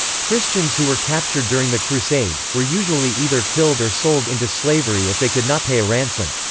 christians who were captured during the crusades, were usually either killed or sold into slavery if they could not pay a ransom.